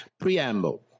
Preamble